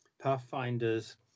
Pathfinders